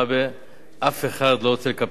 אף אחד לא רוצה לקפח את העדה הדרוזית.